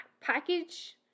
package